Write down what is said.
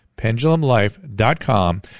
PendulumLife.com